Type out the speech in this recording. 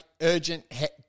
urgent